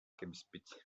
кэбиспит